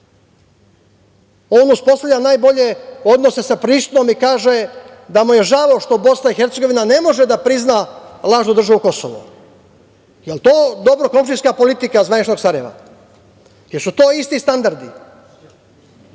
On uspostavlja najbolje odnose sa Prištinom i kaže da mu je žao što Bosna i Hercegovina ne može da prizna lažnu državu Kosovo. Jel to dobra komšijska politika zvaničnog Sarajeva? Jesu to isti standardi?